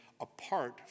apart